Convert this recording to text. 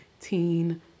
teen